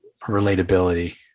relatability